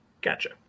Gotcha